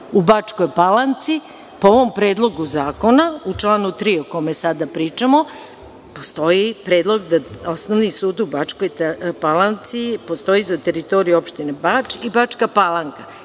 u Bačkoj Palanci po ovom predlogu zakona. U članu 3. o kome sada pričamo, postoji predlog da osnovni sud u Bačkoj Palanci postoji za teritoriju opštine Bač i Bačka Palanka.